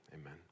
amen